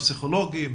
הפסיכולוגיים,